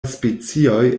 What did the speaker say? specioj